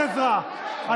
אני לא צריך עזרה.